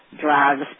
drugs